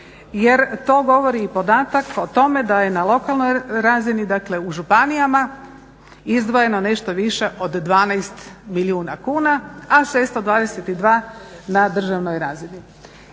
Jer to govori i podatak o tome da je na lokalnoj razini, dakle u županijama, izdvojeno nešto više od 12 milijuna kuna, a 622 na državnoj razini.